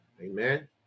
Amen